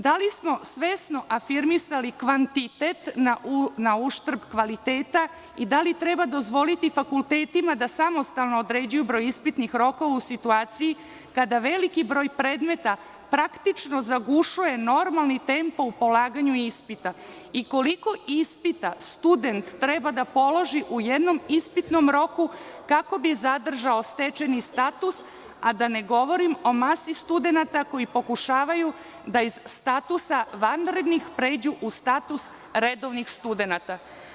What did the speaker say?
Da li smo svesno afirmisali kvantitet na uštrb kvaliteta i da li treba dozvoliti fakultetima da samostalno određuju broj ispitnih rokova u situaciji kada veliki broj predmeta praktično zagušuje normalni tempo u polaganju ispita i koliko ispita student treba da položi u jednom ispitnom roku kako bi zadržao stečeni status, a da ne govorim o masi studenata koji pokušavaju da iz statusa vanrednih pređu u status redovnih studenata?